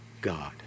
God